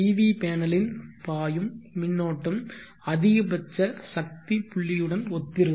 we பேனலின் பாயும் மின்னோட்டம் அதிகபட்ச சக்தி புள்ளியுடன் ஒத்திருக்கும்